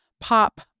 Pop